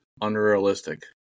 unrealistic